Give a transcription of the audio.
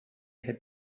had